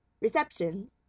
Receptions